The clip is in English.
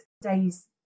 days